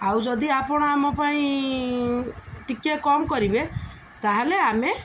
ଆଉ ଯଦି ଆପଣ ଆମ ପାଇଁ ଟିକେ କମ୍ କରିବେ ତାହେଲେ ଆମେ